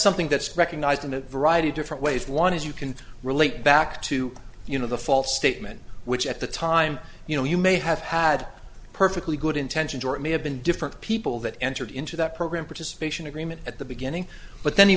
something that's recognized in a variety of different ways one is you can relate back to you know the false statement which at the time you know you may have had perfectly good intentions or it may have been different people that entered into that program participation agreement at the beginning but then he